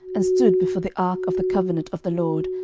and stood before the ark of the covenant of the lord,